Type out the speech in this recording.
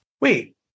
Wait